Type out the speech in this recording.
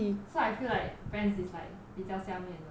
so I feel like friends is like 比较下面的